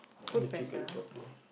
if you look at it properly